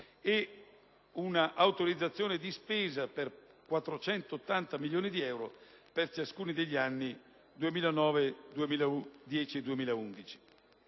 e una autorizzazione di spesa per 480 milioni di euro per ciascuno degli anni 2009, 2010 e 2011.